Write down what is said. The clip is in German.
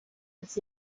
des